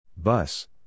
Bus